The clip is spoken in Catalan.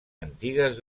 antigues